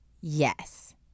Yes